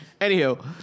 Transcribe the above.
Anyhow